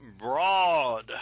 broad